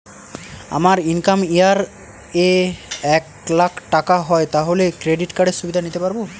আমার income year এ এক লাক টাকা হয় তাহলে ক্রেডিট কার্ড এর সুবিধা নিতে পারবো?